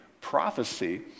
prophecy